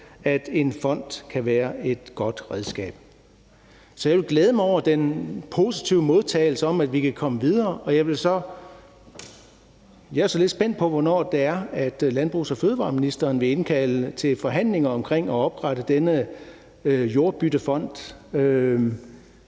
at en fond kan være et godt redskab. Så jeg vil glæde mig over den positive modtagelse, og at vi kan komme videre. Jeg er så lidt spændt på, hvornår det er, at ministeren for fødevarer, landbrug og fiskeri vil indkalde til forhandlinger om at oprette denne jordbyttefond,